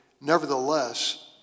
Nevertheless